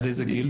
עד איזה גיל?